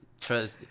Trust